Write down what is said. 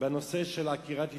בנושא עקירת יישובים,